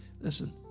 listen